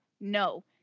No